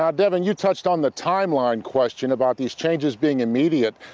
um devin, you touched on the time line question about the changes being immediate.